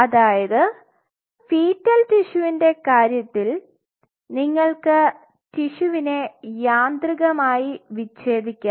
അതായത് ഫീറ്റൽ ടിഷ്യുവിന്റെ കാര്യത്തിൽ നിങ്ങൾക്ക് ടിഷ്യുവിനെ യാന്ത്രികമായി വിച്ഛേദിക്കാം